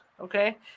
okay